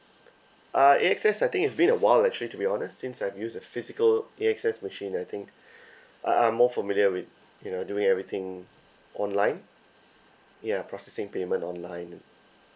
uh A_X_S I think it's been a while actually to be honest since I've used a physical A_X_S machine I think uh I'm more familiar with you know doing everything online ya processing payment online